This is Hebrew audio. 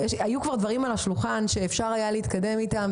כבר היו פה על השולחן דברים שאפשר להתקדם איתם,